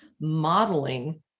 modeling